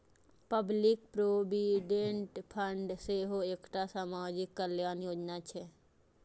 public provident fund सेहो एकटा सामाजिक कल्याण योजना छियै